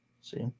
See